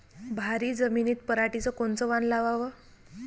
भारी जमिनीत पराटीचं कोनचं वान लावाव?